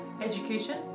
education